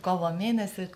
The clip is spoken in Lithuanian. kovo mėnesį